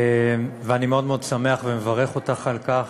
ואני מאוד מאוד שמח ומברך אותך על כך.